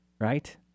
right